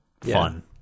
fun